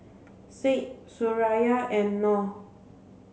Said Suraya and Noh